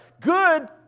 Good